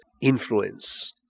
influence